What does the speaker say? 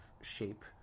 shape